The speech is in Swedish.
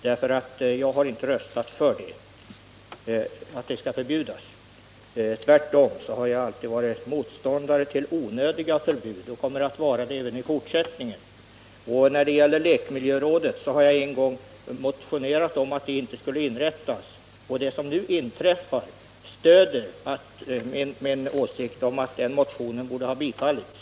Jag har nämligen inte röstat för att de skall förbjudas. Tvärtom har jag alltid varit motståndare till onödiga förbud och kommer att vara det även i fortsättningen. När det gäller lekmiljörådet har jag en gång motionerat om att det inte skulle inrättas. Vad som nu inträffat stöder min åsikt att den motionen borde Nr 68